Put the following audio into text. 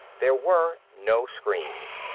there were no screams.